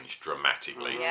dramatically